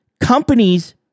companies